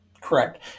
Correct